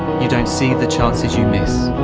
you don't see the chances you miss.